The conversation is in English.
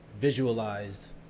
visualized